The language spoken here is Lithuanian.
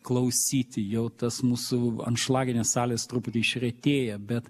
klausyti jau tas mūsų anšlaginės salės truputį išretėja bet